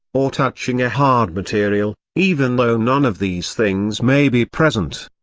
or touching a hard material, even though none of these things may be present.